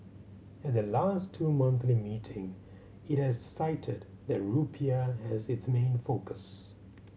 at the last two monthly meeting it has cited the rupiah as its main focus